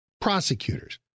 prosecutors